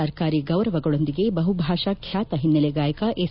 ಸರ್ಕಾರಿ ಗೌರವಗಳೊಂದಿಗೆ ಬಹು ಭಾಷಾ ಬ್ಲಾತ ಹಿನ್ನೆಲೆ ಗಾಯಕ ಎಸ್